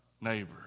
neighbor